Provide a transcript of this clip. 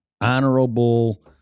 honorable